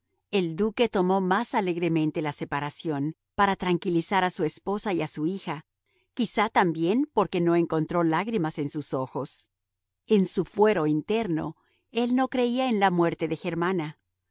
el duque tomó más alegremente la separación para tranquilizar a su esposa y a su hija quizá también porque no encontró lágrimas en sus ojos en su fuero interno él no creía en la muerte de germana